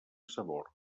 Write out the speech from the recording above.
sabor